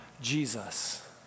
Jesus